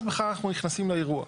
אז בכלל אנחנו נכנסים לאירוע.